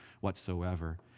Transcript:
whatsoever